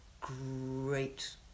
great